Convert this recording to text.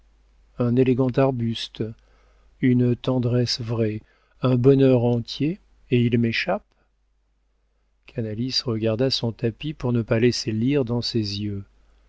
un élégant arbuste une tendresse vraie un bonheur entier et il m'échappe canalis regarda son tapis pour ne pas laisser lire dans ses yeux